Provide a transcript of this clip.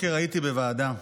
בוועדה,